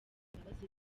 imbabazi